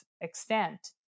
extent